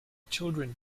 children